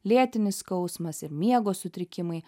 lėtinis skausmas ir miego sutrikimai